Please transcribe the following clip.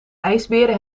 ijsberen